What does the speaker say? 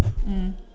mm